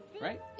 Right